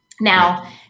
Now